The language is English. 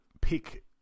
pick